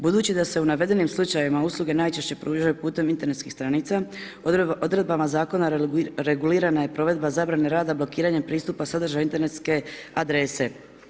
Budući da se u navedenim slučajevima usluge najčešće pružaju putem internetskih stranica, odredbama Zakona regulirana je provedba zabrane rada blokiranja pristupa sadržaju internetske adrese.